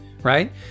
right